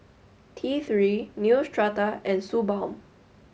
T three Neostrata and Suu balm